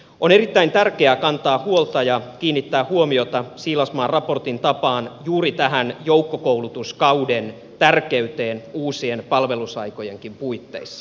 on erittäin tärkeää kantaa huolta ja kiinnittää huomiota siilasmaan raportin tapaan juuri tähän joukkokoulutuskauden tärkeyteen uusien palvelusaikojenkin puitteissa